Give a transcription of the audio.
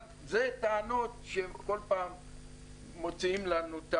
אלה טענות שכל פעם ממציאים לנו.